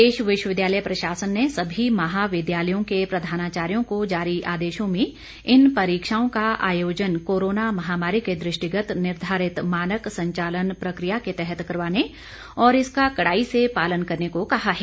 प्रदेश विश्वविद्यालय प्रशासन ने सभी महाविद्यालों के प्रधानाचार्यो को जारी आदेशों में इन परीक्षाओं का आयोजन कोरोना महामारी के दृष्टिगत निर्धारित मानक संचालन प्रक्रिया के तहत करवाने और इसका कड़ाई से पालन करने को कहा है